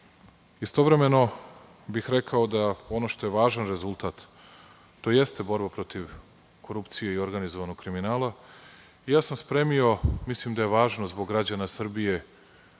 zemljama. Istovremeno bih rekao da, ono što je važan rezultat, to jeste borba protiv korupcije i organizovanog kriminala. Spremio sam, mislim da je važno zbog građana Srbije